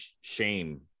shame